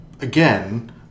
again